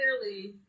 clearly